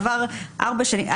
עברו ארבע שנים,